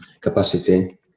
capacity